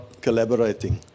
collaborating